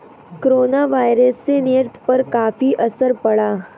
coronavirus से निर्यात पर काफी असर पड़ा